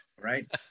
right